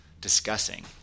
discussing